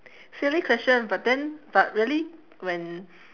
silly question but then but really when